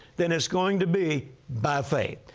then it's going to be by faith.